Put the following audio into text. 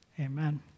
Amen